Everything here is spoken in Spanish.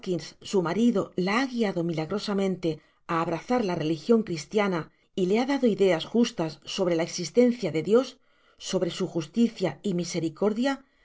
su marido la ha guiado milagrosamente á abrazar la religion cristiana y le ha dado ideas justas sobre la existencia de dios sobre su justicia y misericordia